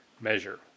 measure